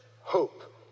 hope